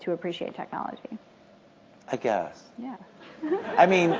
to appreciate technology? ira glass i guess. yeah i mean,